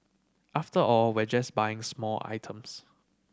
after all we're just buying small items